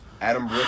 Adam